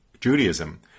Judaism